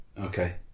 okay